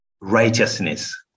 righteousness